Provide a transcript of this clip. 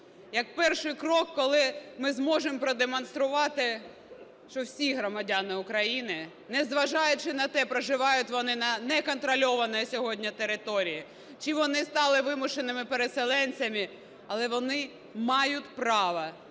Як перший крок, коли ми зможемо продемонструвати, що всі громадяни України, незважаючи на те, проживають вони на неконтрольованій сьогодні території, чи вони стали вимушеними переселенцями, але вони мають право